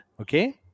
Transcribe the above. Okay